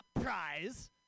prize